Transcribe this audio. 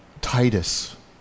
Titus